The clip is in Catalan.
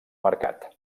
mercat